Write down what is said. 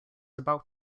about